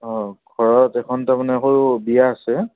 অঁ ঘৰত এখন তাৰমানে আকৌ বিয়া আছে